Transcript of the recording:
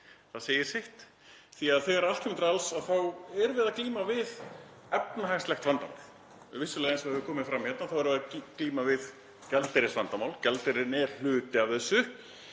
Það segir sitt. Þegar allt kemur til alls þá erum við að glíma við efnahagslegt vandamál. Vissulega, eins og hefur komið fram hérna, erum við að glíma við gjaldeyrisvandamál, gjaldeyririnn er hluti af þessu.